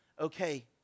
okay